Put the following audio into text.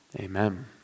amen